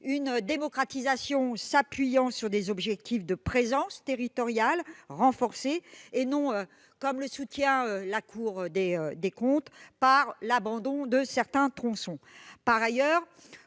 cette démocratisation s'appuyant sur des objectifs de présence territoriale renforcée, et non, comme le soutient la Cour des comptes, sur l'abandon de certains tronçons. Par ailleurs,